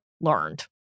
learned